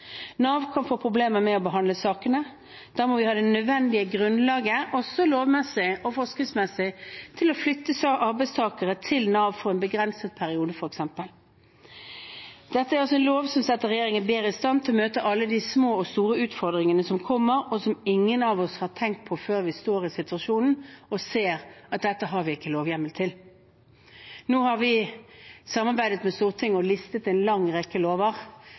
Nav kan få problemer med å behandle sakene. Da må vi ha det nødvendige grunnlaget, også lovmessig og forskriftsmessig, til å flytte arbeidstakere til Nav for en begrenset periode, f.eks. Dette er altså en lov som setter regjeringen bedre i stand til å møte alle de små og store utfordringene som kommer, og som ingen av oss har tenkt på før vi står i situasjonen og ser at dette har vi ikke lovhjemmel til. Nå har vi samarbeidet med Stortinget og listet opp en lang rekke lover.